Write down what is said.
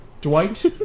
Dwight